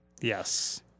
Yes